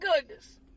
goodness